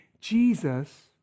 Jesus